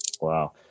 wow